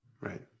Right